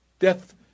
death